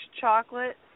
chocolate